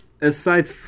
aside